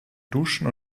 duschen